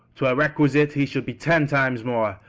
twere requisite he should be ten times more,